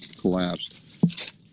collapsed